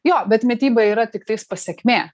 jo bet mityba yra tiktais pasekmė